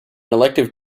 elected